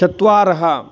चत्वारः